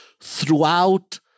throughout